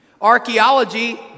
archaeology